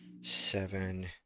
seven